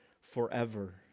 forever